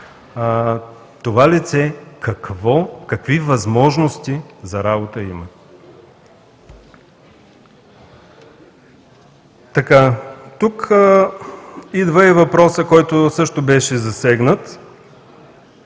това лице какви възможности за работа има. Тук идва и въпросът, който също беше засегнат